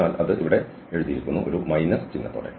അതിനാൽ അത് ഇവിടെ എഴുതിയിരിക്കുന്നു ഒരു മൈനസ് ചിഹ്നത്തോടെ